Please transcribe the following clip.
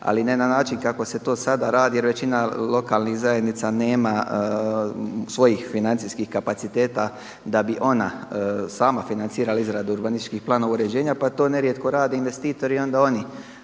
ali ne na način kako se to sada radi jer većina lokalnih zajednica nema svojih financijskih kapaciteta da bi ona sama financirala izradu urbanističkih planova uređenja, pa to nerijetko radi investitor i onda oni